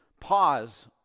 pause